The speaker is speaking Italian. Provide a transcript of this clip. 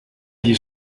gli